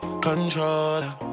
controller